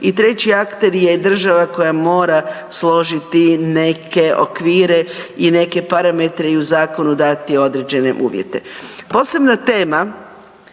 i treći akter je država koja mora složiti neke okvire i neke parametre i u zakonu dati određene uvjete. Posebna tema,